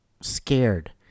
scared